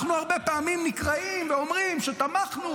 אנחנו הרבה פעמים נקרעים ואומרים שתמכנו